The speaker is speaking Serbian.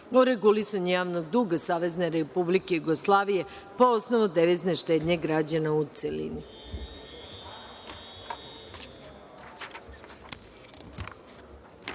o regulisanju javnog duga Savezne Republike Jugoslavije po osnovu devizne štednje građana, u